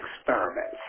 experiments